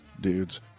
dudes